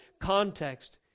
context